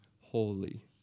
holy